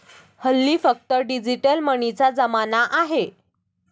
हल्ली फक्त डिजिटल मनीचा जमाना आहे